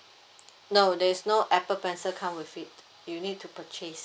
no there is no apple pencil come with it you need to purchase